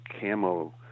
camo